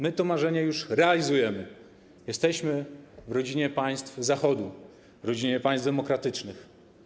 My to marzenie już realizujemy: jesteśmy w rodzinie państw Zachodu, w rodzinie państw demokratycznych.